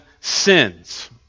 sins